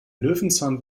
löwenzahn